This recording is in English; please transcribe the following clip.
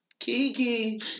Kiki